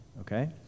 Okay